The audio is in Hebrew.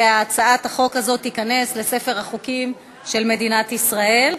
והצעת החוק הזו תיכנס לספר החוקים של מדינת ישראל.